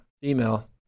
female